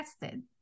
tested